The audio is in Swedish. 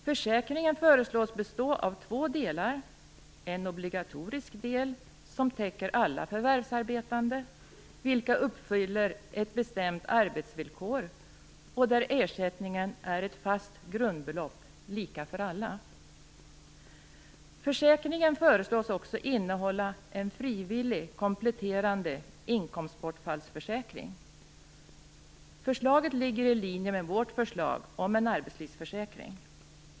Försäkringen föreslås bestå av två delar, varav en obligatorisk del som täcker alla förvärvsarbetande vilka uppfyller ett bestämt arbetsvillkor och där ersättningen är ett fast grundbelopp lika för alla. Försäkringen föreslås också innehålla en frivillig kompletterande inkomstbortfallsförsäkring. Förslaget ligger i linje med vårt förslag om en arbetslivsförsäkring.